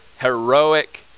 heroic